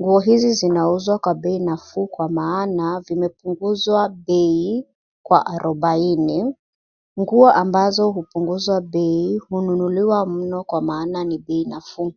Nguo hizi zinauzwa kwa bei nafuu kwa maana vimepunguzwa bei kwa arubaini. Nguo ambazo hupunguzwa bei hunuliwa mno kwa maana ni bei nafuu.